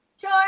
Sure